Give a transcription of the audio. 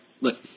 Look